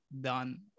done